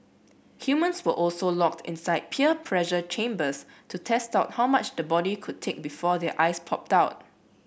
humans were also locked inside pear pressure chambers to test how much the body could take before their eyes popped out